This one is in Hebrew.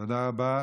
תודה רבה.